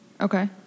Okay